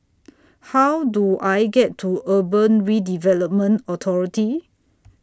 How Do I get to Urban Redevelopment Authority